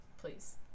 please